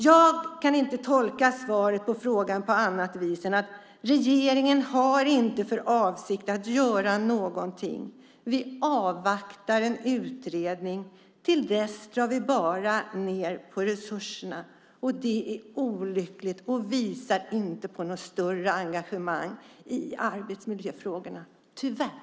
Jag kan inte tolka svaret på frågan på något annat sätt än att regeringen inte har för avsikt att göra någonting. Man avvaktar en utredning. Till dess drar man bara ned på resurserna. Det är olyckligt och visar inte på något större engagemang i arbetsmiljöfrågorna - tyvärr.